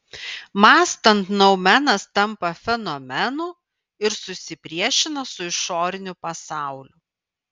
mąstant noumenas tampa fenomenu ir susipriešina su išoriniu pasauliu